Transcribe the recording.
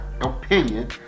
opinion